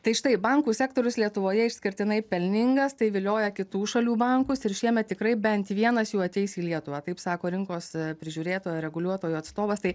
tai štai bankų sektorius lietuvoje išskirtinai pelningas tai vilioja kitų šalių bankus ir šiemet tikrai bent vienas jų ateis į lietuvą taip sako rinkos prižiūrėtojo reguliuotojo atstovas tai